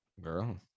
girl